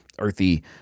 earthy